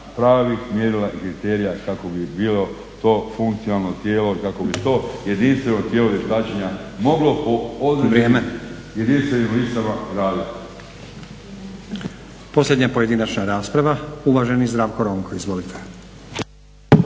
pravih mjerila i kriterija kako bi bilo to funkcionalno tijelo kako bi to jedinstveno tijelo vještačenja moglo po određenim jedinstvenim listama raditi.